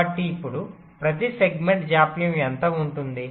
కాబట్టి ఇప్పుడు ప్రతి సెగ్మెంట్ జాప్యం ఎంత ఉంటుంది